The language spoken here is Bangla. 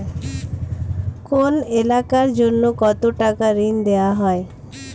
কোন এলাকার জন্য কত টাকা ঋণ দেয়া হয়?